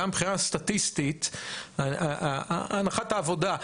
גם מבחינה סטטיסטית הנחת העבודה,